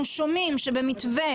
אנחנו שומעים שבמתווה,